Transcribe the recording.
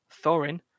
Thorin